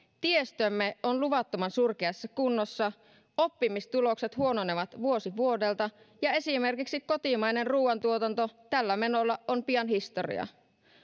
tiestömme on luvattoman surkeassa kunnossa oppimistulokset huononevat vuosi vuodelta ja esimerkiksi kotimainen ruuantuotanto tällä menolla on pian historiaa